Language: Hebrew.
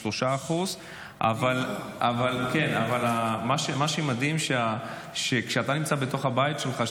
3%. אבל מה שמדהים הוא שכשאתה נמצא בתוך הבית שלך,